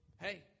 Hey